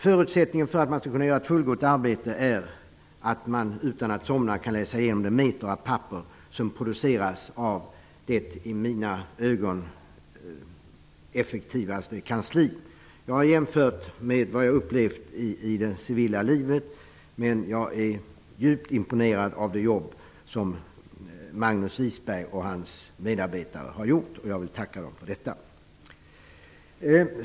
Förutsättningen för att man skall kunna göra ett fullgott arbete är att man utan att somna kan läsa igenom de meter av papper som produceras av det i mina ögon effektivaste kansli. Jag har jämfört med vad jag har upplevt i det civila livet, och jag är djupt imponerad av det jobb som Magnus Isberg och hans medarbetare har gjort. Jag vill tacka dem för detta.